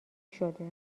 شده